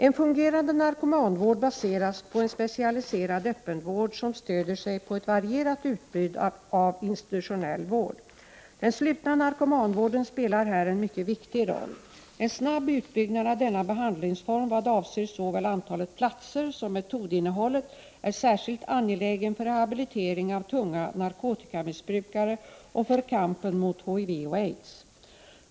En fungerande narkomanvård baseras på en specialiserad öppenvård som stödjer sig på ett varierat utbud av institutionell vård. Den slutna narkomanvården spelar här en mycket viktig roll. En snabb utbyggnad av denna behandlingsform vad avser såväl antalet platser som metodinnehållet är särskilt angelägen för rehabilitering av tunga narkotikamissbrukare och för kampen mot HIV och aids.